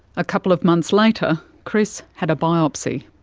a couple of months later chris had a biopsy.